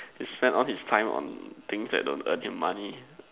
he spend all his time on things that don't earn him money